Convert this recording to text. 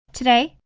today,